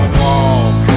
walk